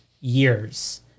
years